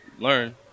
learn